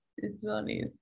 disabilities